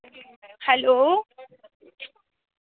hello